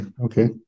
Okay